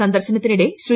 സന്ദർശനത്തിനിടെ ശ്രീ